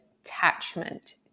attachment